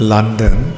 London